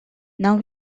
now